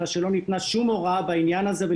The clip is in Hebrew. אלא שלא ניתנה שום הוראה בעניין הזה.